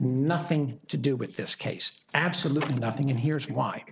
nothing to do with this case absolutely nothing and here's why